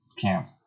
camp